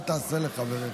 אל תעשה לחבריך.